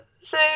say